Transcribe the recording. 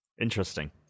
Interesting